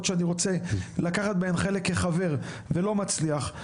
שאני רוצה לקחת בהן חלק כחבר ולא מצליח,